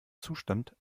zustand